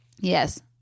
Yes